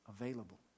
available